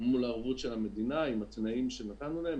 מול הערבות של המדינה עם התנאים שנתנו להם,